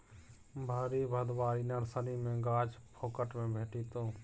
भरि भदवारी नर्सरी मे गाछ फोकट मे भेटितै